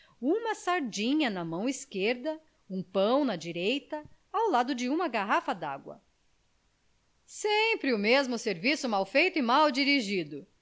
uma sardinha na mão esquerda um pão na direita ao lado de uma garrafa de água sempre o mesmo serviço malfeito e mal dirigido